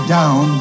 down